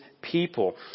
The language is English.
people